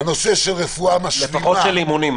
רפואה משלימה